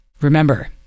Remember